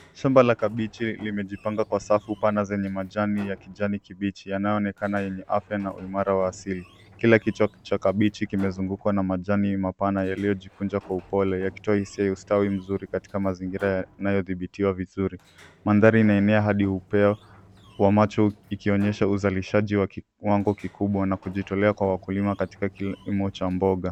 Shamba la kabeji limejipanga kwa safu pana zenye majani ya kijani kibichi yanayo onekana yenye afya na uimara wa asili. Kila kichwa cha kabeji kimezungukwa na majani mapana yaliyojikunja kwa upole yakitoa hisia za ustawi mzuri katika mazingira yanayodhibitiwa vizuri. Mandhari inaenea hadi upeo wa macho ikionyesha uzalishaji wa kiwango kikubwa na kujitolea kwa wakulima katika kilimo cha mboga.